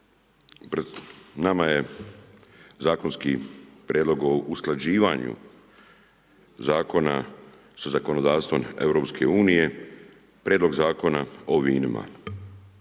nama je zakonski prijedlog o usklađivanju usluga sa zakonodavstvom EU, prijedlog Zakona o vinima.